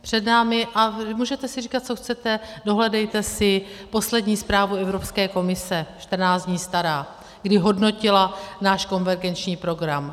Před námi a můžete si říkat, co chcete, dohledejte si poslední zprávu Evropské komise 14 dní starou, kdy hodnotila náš konvergenční program.